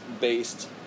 based